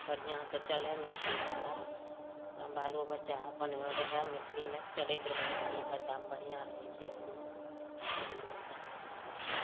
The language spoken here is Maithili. बढ़िऑं से चलए मैथिली भाषा बालो बच्चा अपन रहए मैथिली मे चलैत रहए मैथिली भाषा मे बढ़ियाँ रहै छै पिता परमेश्वर के कृपा से